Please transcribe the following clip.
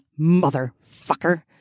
motherfucker